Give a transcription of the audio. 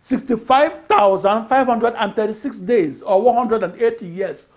sixty five thousand five hundred and thirty six days, or one hundred and eighty years,